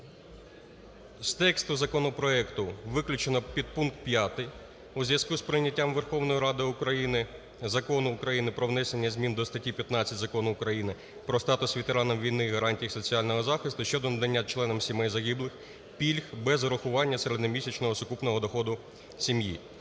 З тексту законопроекту виключено підпункт п'ятий у зв'язку із прийняттям Верховною Радою України Закону України про внесення змін до статті 15 Закону України про статус ветеранів війни і гарантії їх соціального захисту щодо надання членам сімей загиблих пільг без урахування середньомісячного сукупного доходу сім'ї.